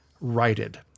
righted